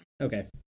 Okay